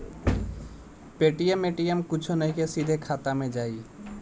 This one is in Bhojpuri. पेटीएम ए.टी.एम कुछो नइखे, सीधे खाता मे जाई